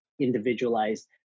individualized